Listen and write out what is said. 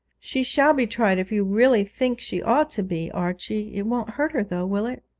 she shall be tried if you really think she ought to be, archie it won't hurt her though, will it